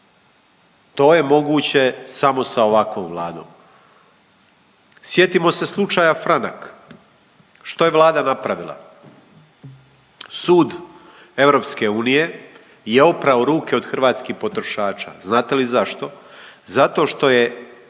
To je moguće samo sa ovakvom vladom. Sjetimo se slučaja Franak. Što je Vlada napravila? Sud EU je oprao ruke od hrvatskih potrošača. Znate li zašto? Zato što je